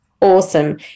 awesome